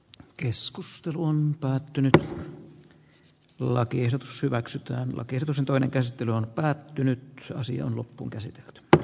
keskustelu on päätynyt lakiehdotus hyväksytään lakiesitys on toinen käsittely on pää tyyny sasi on loppuunkäsitelty dr